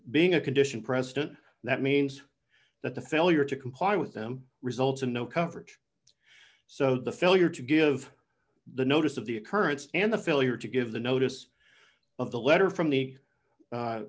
being a condition precedent that means that the failure to comply with them results in no coverage so the failure to give the notice of the occurrence and the failure to give the notice of the letter from the